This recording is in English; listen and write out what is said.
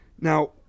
Now